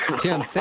Tim